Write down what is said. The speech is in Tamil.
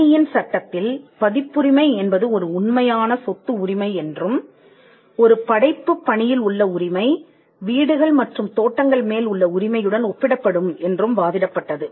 ஆனியின் சட்டத்தில் பதிப்புரிமை என்பது ஒரு உண்மையான சொத்து உரிமை என்றும் ஒரு படைப்புப் பணியில் உள்ள உரிமை வீடுகள் மற்றும் தோட்டங்கள் மேல் உள்ள உரிமையுடன் ஒப்பிடப்படும் என்றும் வாதிடப்பட்டது